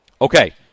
Okay